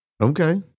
Okay